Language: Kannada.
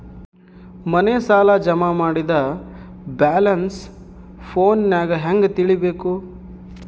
ಮನೆ ಸಾಲ ಜಮಾ ಮಾಡಿದ ಬ್ಯಾಲೆನ್ಸ್ ಫೋನಿನಾಗ ಹೆಂಗ ತಿಳೇಬೇಕು?